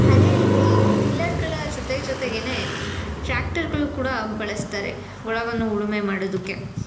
ಅದೇ ರೀತಿ ಟಿಲ್ಲರ್ಗಳ ಜೊತೆ ಜೊತೆಗೆ ಟ್ರ್ಯಾಕ್ಟರ್ಗಳು ಕೂಡ ಬಳಸ್ತಾರೆ ಹೊಲವನ್ನು ಉಳುಮೆ ಮಾಡೋದಕ್ಕೆ